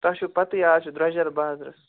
تۅہہِ چھُ پتاہ اَز چھُ درٛۅجر بازرس